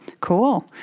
Cool